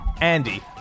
Andy